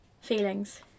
feelings